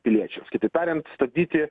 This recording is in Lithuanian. piliečiams kitaip tariant stabdyti